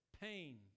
pain